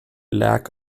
lack